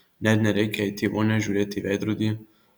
net nereikia eiti į vonią žiūrėti į veidrodį